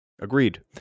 Agreed